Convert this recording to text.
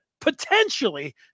potentially